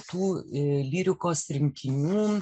tų lyrikos rinkinių